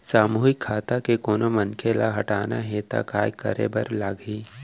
सामूहिक खाता के कोनो मनखे ला हटाना हे ता काय करे बर लागही?